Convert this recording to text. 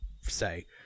Say